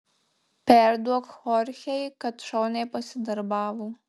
perduok chorchei kad šauniai pasidarbavo